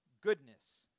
goodness